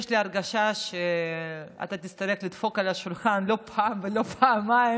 יש לי הרגשה שתצטרך לדפוק על השולחן לא פעם ולא פעמיים